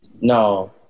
No